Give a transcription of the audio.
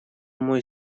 мой